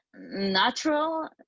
natural